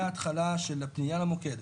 מהתחלה של הפנייה למוקד,